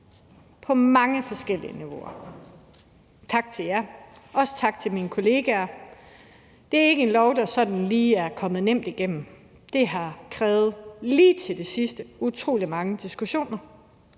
på mange forskellige niveauer. Tak til jer, og også tak til mine kollegaer. Det er ikke en lov, der sådan lige er gået nemt igennem. Det har lige til det sidste krævet utrolig mange diskussioner,